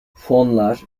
fonlar